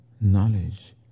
knowledge